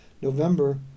November